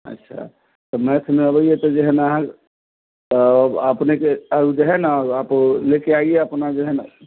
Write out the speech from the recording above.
अच्छा तऽ मैथ मे अबैया तऽ जे है न अहाँ तब अपने के जे है न आप लेके आइए अपना जो है न